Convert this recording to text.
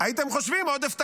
הייתם חושבים עודף תקציבי.